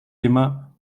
immer